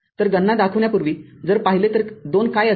तर गणना दाखवण्यापूर्वीजर पाहिले तर २ काय असेल